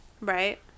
Right